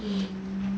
mm